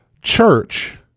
Church